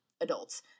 adults